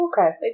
Okay